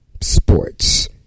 sports